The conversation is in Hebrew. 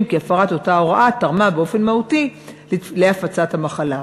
כי הפרת אותה הוראה תרמה באופן מהותי להפצת המחלה.